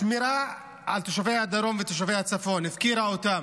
בשמירה על תושבי הדרום ותושבי הצפון, הפקירה אותם.